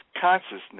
Consciousness